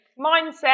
mindset